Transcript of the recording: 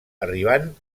arribant